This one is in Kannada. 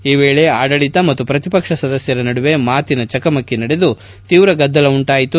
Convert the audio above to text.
ಈ ವೇಳೆ ಆಡಳಿತ ಮತ್ತು ಪ್ರತಿಪಕ್ಷ ಸದಸ್ಕರ ನಡುವೆ ಮಾತಿನ ಚಕಮಕಿ ನಡೆದು ತೀವ್ರ ಗದ್ದಲ ಉಂಟಾಯಿತು